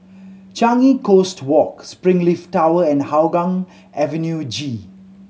Changi Coast Walk Springleaf Tower and Hougang Avenue G